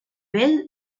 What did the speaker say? vell